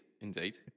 indeed